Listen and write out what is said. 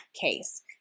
case